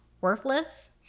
worthless